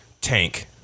Tank